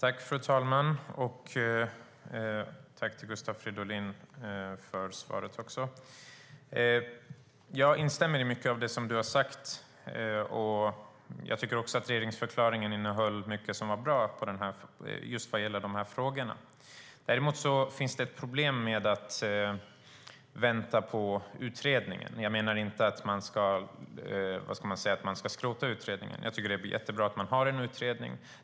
Fru talman! Tack till Gustav Fridolin för svaret. Jag instämmer i mycket av det som han har sagt, och jag tycker att regeringsförklaringen innehöll mycket som är bra just när det gäller de här frågorna. Däremot finns det ett problem med att vänta på utredningen. Jag menar inte att man skrota utredningen. Jag tycker att det är jättebra med en utredning.